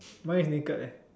mine is naked eh